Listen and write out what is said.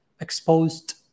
Exposed